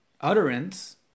utterance